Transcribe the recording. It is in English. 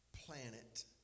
planet